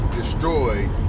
destroyed